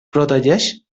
protegeix